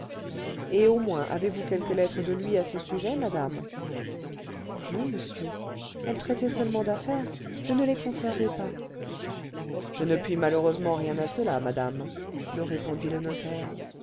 et au moins avez-vous quelques lettres de lui à ce sujet madame non monsieur elles traitaient seulement d'affaires je ne les conservai pas je ne puis malheureusement rien à cela madame me répondit le notaire